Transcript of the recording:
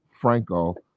Franco